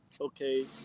okay